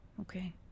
Okay